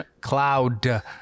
Cloud